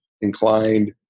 inclined